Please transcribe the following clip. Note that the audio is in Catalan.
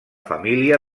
família